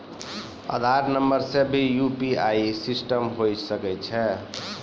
आधार नंबर से भी यु.पी.आई सिस्टम होय सकैय छै?